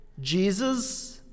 Jesus